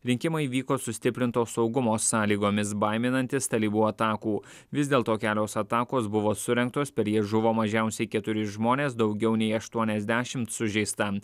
rinkimai vyko sustiprinto saugumo sąlygomis baiminantis talibų atakų vis dėlto kelios atakos buvo surengtos per jas žuvo mažiausiai keturi žmonės daugiau nei aštuoniasdešimt sužeista